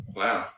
wow